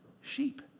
sheep